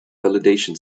validation